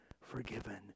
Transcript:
forgiven